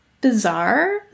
bizarre